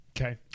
Okay